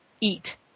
eat